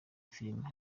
filime